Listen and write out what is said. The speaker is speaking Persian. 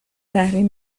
تحریم